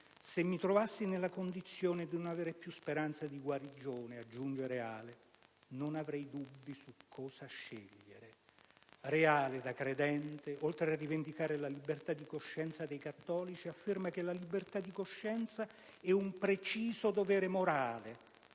Se mi trovassi nella condizione di non aver più speranze di guarigione», aggiunge Reale, «non avrei dubbi su cosa scegliere». Reale, da credente, oltre a rivendicare la libertà di coscienza dei cattolici, afferma che questa è un preciso dovere morale,